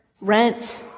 rent